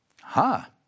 Ha